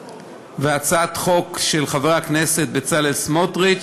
הצעת חוק של חבר הכנסת בצלאל סמוטריץ